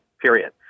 period